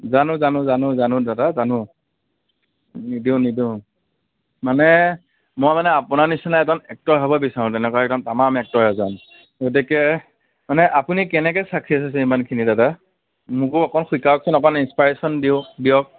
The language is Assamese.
জানোঁ জানোঁ জানোঁ জানোঁ দাদা জানোঁ নিদিওঁ নিদিওঁ মানে মই মানে আপোনাৰ নিছিনা এজন এক্টৰ হ'ব বিচাৰোঁ তেনেকুৱা একদম তামাম এক্টৰ এজন গতিকে মানে আপুনি কেনেকৈ চাকছেচ হৈছে ইমানখিনি দাদা মোকো অকণমান শিকাওঁচোন অকণমান ইনস্পাইৰেশ্ৱন দিয়ক দিয়ক